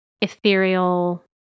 ethereal